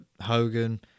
Hogan